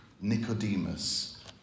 Nicodemus